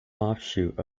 offshoot